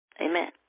Amen